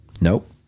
Nope